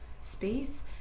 space